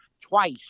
twice